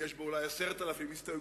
יש בו אולי 10,000 הסתייגויות,